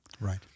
Right